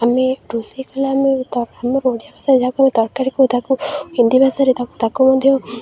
ଆମେ ରୋଷେଇ କଲେ ଆମେ ଆମର ଓଡ଼ିଆ ଭାଷା ଯାହାକୁ ତରକାରୀ କହନ୍ତି ତା'କୁ ହିନ୍ଦୀ ଭାଷାରେ ତା ତା'କୁ ମଧ୍ୟ